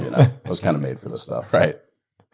i was kind of made for this stuff. right.